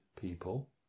people